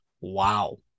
Wow